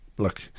look